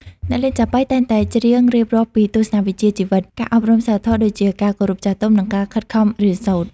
អ្នកលេងចាប៉ីតែងតែច្រៀងរៀបរាប់ពីទស្សនៈវិជ្ជាជីវិត ការអប់រំសីលធម៌ ដូចជា ការគោរពចាស់ទុំ និងការខិតខំរៀនសូត្រ។